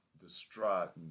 distraught